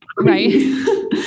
Right